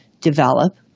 develop